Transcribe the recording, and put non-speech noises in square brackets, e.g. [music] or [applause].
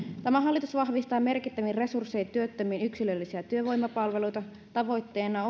tämä hallitus vahvistaa merkittävin resurssein työttömien yksilöllisiä työvoimapalveluita tavoitteena [unintelligible]